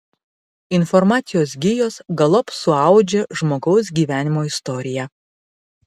informacijos gijos galop suaudžia žmogaus gyvenimo istoriją